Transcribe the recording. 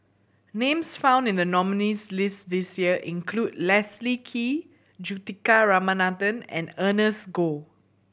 names found in the nominees' list this year include Leslie Kee Juthika Ramanathan and Ernest Goh